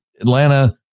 Atlanta